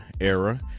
era